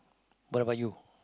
what about you